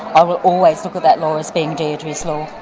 i will always look at that law as being deidre's law,